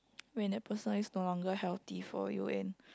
when the person is no longer healthy for you and